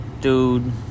dude